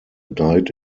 died